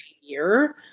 year